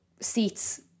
seats